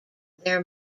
their